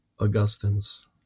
Augustine's